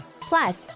Plus